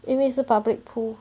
因为是 public pool